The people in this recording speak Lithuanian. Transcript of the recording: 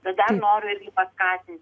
tai dar noriu irgi paskatinti